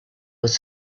was